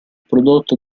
prodotto